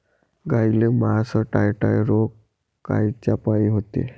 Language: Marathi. गाईले मासटायटय रोग कायच्यापाई होते?